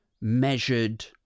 measured